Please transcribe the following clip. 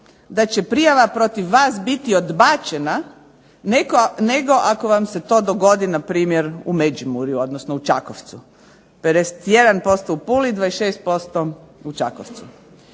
da će prijava protiv vas biti odbačena, nego ako vam se to dogodi na primjer u Međimurju, odnosno u Čakovcu. 51% u Puli, 26% u Čakovcu.